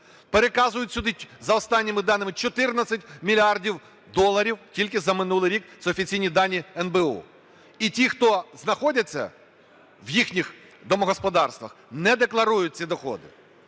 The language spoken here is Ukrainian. переказують сюди, за останніми даними, 14 мільярдів доларів тільки за минулий рік - це офіційні дані НБУ. І ті, хто знаходяться в їхніх домогосподарствах, не декларують ці доходи.